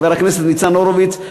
חבר הכנסת ניצן הורוביץ,